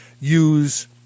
use